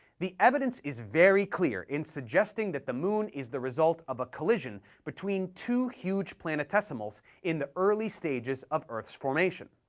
the evidence is very clear in suggesting that the moon is the result of a collision between two huge planetesimals in the early stages of earth's formation.